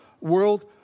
world